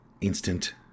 instant